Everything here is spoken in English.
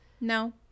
no